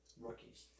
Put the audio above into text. rookies